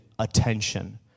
Attention